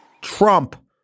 Trump